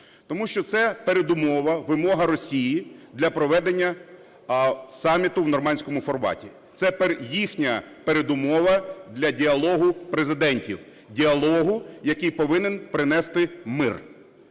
Тому що це передумова, вимога Росії для проведення саміту в "нормандському форматі". Це їхня передумова для діалогу президентів – діалогу, який повинен принести мир.